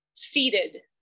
seated